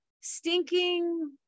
stinking